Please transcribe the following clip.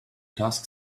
task